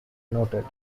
noted